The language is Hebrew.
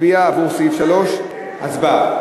התקבלו כנוסח הוועדה.